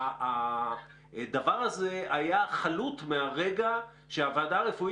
הדבר הזה היה חלוט מהרגע שהוועדה הרפואית